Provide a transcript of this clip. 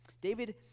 David